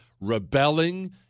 rebelling